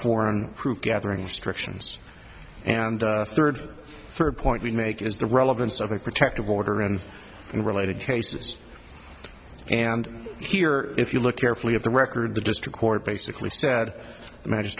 foreign prove gathering instructions and third third point we make is the relevance of a protective order and in related cases and here if you look carefully at the record the district court basically said